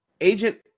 Agent